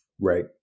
right